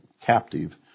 captive